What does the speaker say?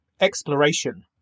exploration